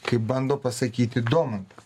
kaip bando pasakyti domantas